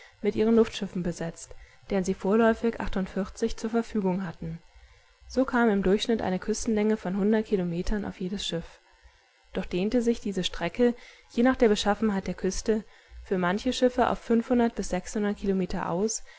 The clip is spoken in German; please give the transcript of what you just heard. mit ihren luftschiffen besetzt deren sie vorläufig zur verfügung hatten so kam im durchschnitt eine küstenlänge von hundert kilometern auf jedes schiff doch dehnte sich diese strecke je nach der beschaffenheit der küste für manche schiffe auf bis kilometer aus